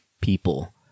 people